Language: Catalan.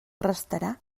restarà